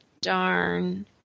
Darn